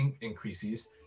increases